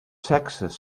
sexes